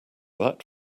that